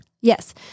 Yes